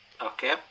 okay